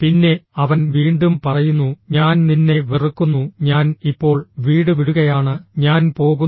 പിന്നെ അവൻ വീണ്ടും പറയുന്നു ഞാൻ നിന്നെ വെറുക്കുന്നു ഞാൻ ഇപ്പോൾ വീട് വിടുകയാണ് ഞാൻ പോകുന്നു